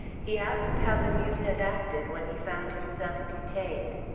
he asked how the mute had acted when he found himself detained.